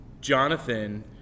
Jonathan